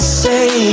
say